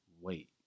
wait